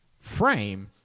frame